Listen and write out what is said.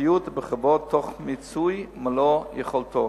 בפרטיות ובכבוד, במיצוי מלוא יכולתו.